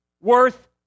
worth